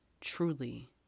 truly